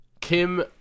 Kim